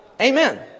Amen